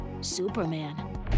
Superman